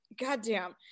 Goddamn